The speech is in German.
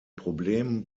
problem